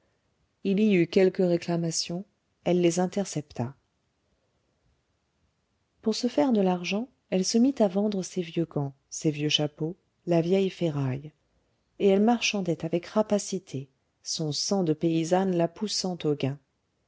il y eut quelques réclamations elle les intercepta pour se faire de l'argent elle se mit à vendre ses vieux gants ses vieux chapeaux la vieille ferraille et elle marchandait avec rapacité son sang de paysanne la poussant au gain